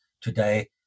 today